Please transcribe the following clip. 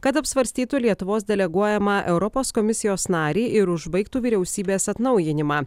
kad apsvarstytų lietuvos deleguojamą europos komisijos narį ir užbaigtų vyriausybės atnaujinimą